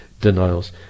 denials